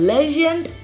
Legend